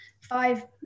five